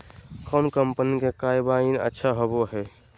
कौन कंपनी के कम्बाइन अच्छा होबो हइ?